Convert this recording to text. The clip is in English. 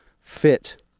fit